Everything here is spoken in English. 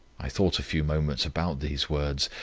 i thought a few moments about these words,